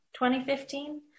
2015